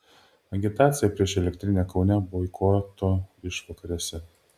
agitacija prieš elektrinę kaune boikoto išvakarėse